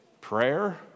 prayer